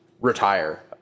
retire